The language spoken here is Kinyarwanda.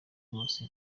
bose